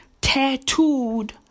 tattooed